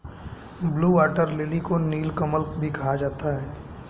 blue water lily को नीलकमल भी कहा जाता है